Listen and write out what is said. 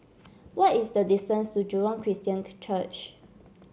what is the distance to Jurong Christian Church